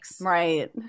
right